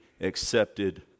accepted